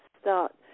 start